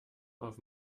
auf